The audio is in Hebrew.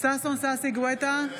ששון ששי גואטה,